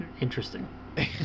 interesting